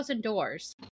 doors